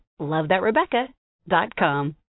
lovethatrebecca.com